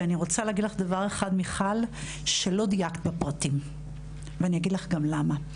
ואני רוצה להגיד לך דבר אחד מיכל שלא דייקת בפרטים ואני אגיד לך גם למה.